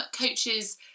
coaches